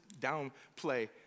downplay